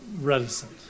reticent